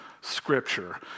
scripture